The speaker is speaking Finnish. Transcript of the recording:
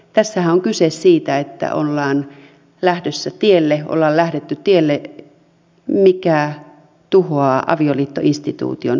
tässähän on kyse siitä että ollaan lähdetty tielle mikä tuhoaa avioliittoinstituution kokonaisuudessaan